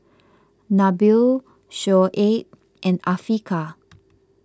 Nabil Shoaib and Afiqah